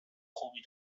خوبی